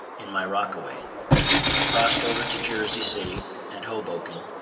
in my rockaway crossed over to jersey city and hoboken,